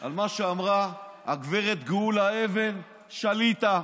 על מה שאמרה הגב' גאולה אבן שליט"א,